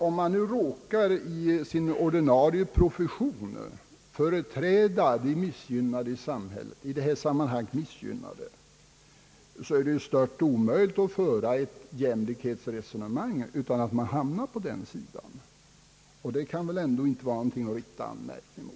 Om man som jag i sin ordinarie profession råkar företräda de i detta sammanhang missgynnade människorna i vårt samhälle, är det helt omöjligt att föra ett jämlikhetsresonemang utan att hamna på den sida som vi gjort — och det kan väl inte vara något att rikta anmärkning mot.